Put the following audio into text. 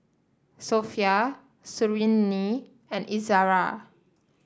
Sofea Suriani and Izara